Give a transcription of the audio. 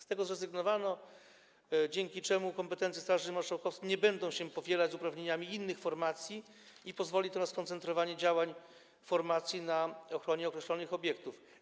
Z tego zrezygnowano, dzięki czemu kompetencje Straży Marszałkowskiej nie będą się pokrywać z uprawnieniami innych formacji, co pozwoli na skoncentrowanie działań formacji na ochronie określonych obiektów.